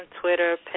Twitter